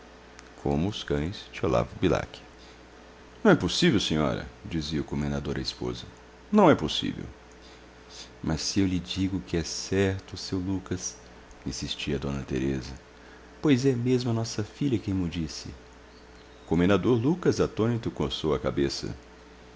cães não é possível senhora dizia o comendador à esposa não é possível mas se eu lhe digo que é certo seu lucas insistia a d teresa pois é mesmo a nossa filha quem mo disse o comendador lucas atônito coçou a cabeça